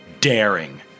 daring